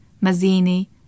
Mazzini